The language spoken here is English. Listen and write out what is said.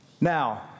now